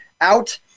out